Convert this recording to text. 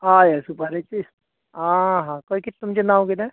हय हय सुपारेचीच आ हा खंय किदें तुमचें नांव किदें